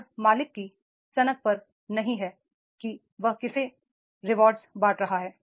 यह मालिक की सनक पर नहीं है कि वह किसे पुरस्कार बांट रहा है